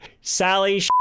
Sally